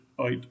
out